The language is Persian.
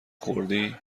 خوردی